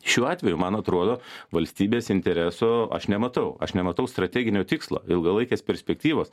šiuo atveju man atrodo valstybės interesų aš nematau aš nematau strateginio tikslo ilgalaikės perspektyvos